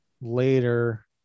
later